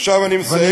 עכשיו אני מסיים.